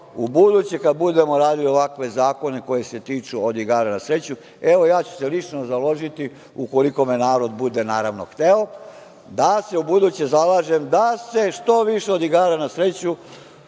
ubuduće kada budemo radili ovakve zakone koji se tiču od igara na sreću, evo ja ću se lično založiti, ukoliko me narod bude, naravno, hteo da se ubuduće zalažem da se što više od igara na sreću